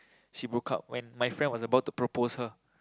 she broke up when my friend was about to propose her